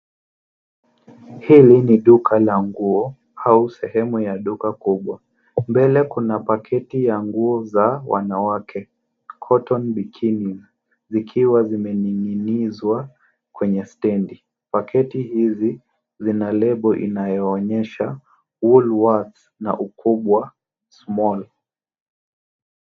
Hili ni duka la nguo au sehemu ya duka kubwa. Mbele kuna paketi ya nguo za wanawake cotton bikini zikiwa zimening'inizwa kwenye stendi. Paketi hizi zina lebo inayoonyesha woolworths na ukubwa small .